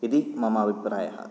इति मम अभिप्रायः